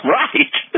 right